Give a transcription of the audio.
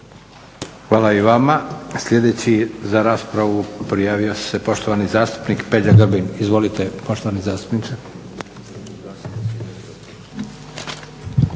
Hvala i vama. Sljedeći za raspravu prijavio se poštovani zastupnik Peđa Grbin. Izvolite poštovani zastupniče.